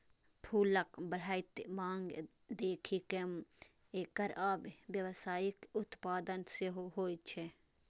फूलक बढ़ैत मांग देखि कें एकर आब व्यावसायिक उत्पादन सेहो होइ छै